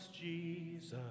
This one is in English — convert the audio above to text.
Jesus